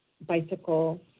bicycle